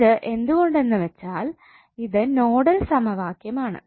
ഇത് എന്തുകൊണ്ട് എന്നുവെച്ചാൽ ഇത് നോഡൽ സമവാക്യമാണ്